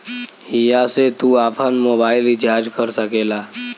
हिया से तू आफन मोबाइल रीचार्ज कर सकेला